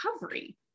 recovery